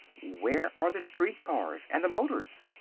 where are the street cars and the motors?